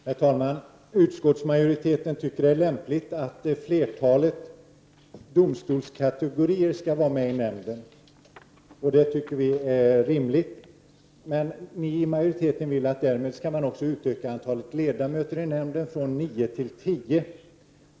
Herr talman! Utskottsmajoriteten tycker att det är lämpligt att flertalet domstolskategorier skall vara med i nämnden, och det tycker vi i folkpartiet är rimligt. Men majoriteten vill att man därmed också skall utöka antalet ledamöter i nämnden från nio till tio.